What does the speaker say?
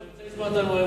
אני רוצה לשמוע את הנואם,